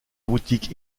boutique